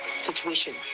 situation